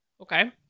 okay